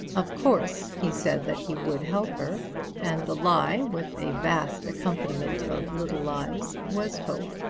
of course he said that he would help her and the lie, with a vast accompaniment of little lies, was told.